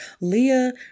Leah